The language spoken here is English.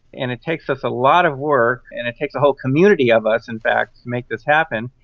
and it takes us a lot of work and it takes a whole community of us in fact to make this happen,